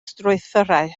strwythurau